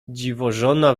dziwożona